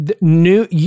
new